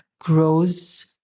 grows